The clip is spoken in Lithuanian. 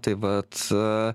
tai vat